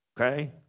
Okay